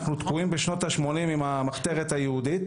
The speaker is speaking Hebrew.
אנחנו תקועים בשנות השמונים עם המחתרת היהודית